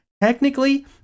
Technically